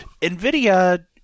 NVIDIA